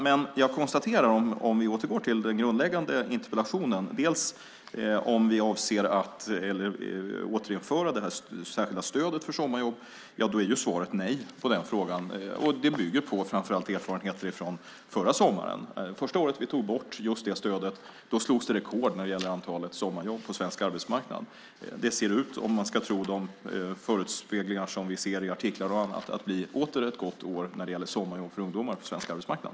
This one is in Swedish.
För att återgå till den grundläggande frågan i interpellationen, om vi avser att återinföra det särskilda stödet för sommarjobb, är svaret nej. Det bygger framför allt på erfarenheter från förra sommaren. Första året som vi tog bort just det stödet slogs det rekord när det gäller antalet sommarjobb på svensk arbetsmarknad. Om man ska tro de förespeglingar som vi ser i artiklar och annat ser det ut att åter bli ett gott år när det gäller sommarjobb för ungdomar på svensk arbetsmarknad.